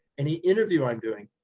any interview i'm doing,